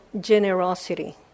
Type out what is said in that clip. generosity